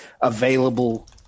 available